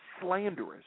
slanderous